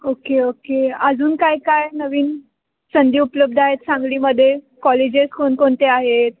okay okay अजून काय काय नवीन संधी उपलब्ध आहेत सांगलीमध्ये कॉलेजेस कोणकोणते आहेत